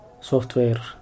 Software